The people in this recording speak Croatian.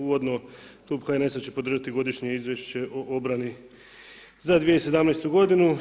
Uvodno klub HNS-a će podržati godišnje izvješće o obrani za 2017. godinu.